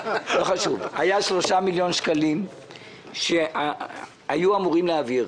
היו שלושה מיליון שקלים שהיו אמורים להעביר.